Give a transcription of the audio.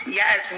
yes